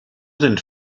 sind